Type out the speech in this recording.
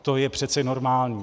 To je přece normální.